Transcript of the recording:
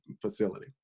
facility